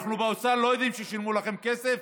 אנחנו באוצר לא יודעים ששילמו לכם כסף.